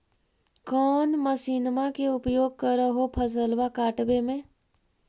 कौन मसिंनमा के उपयोग कर हो फसलबा काटबे में?